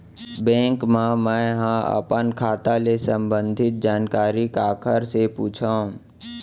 Bank मा मैं ह अपन खाता ले संबंधित जानकारी काखर से पूछव?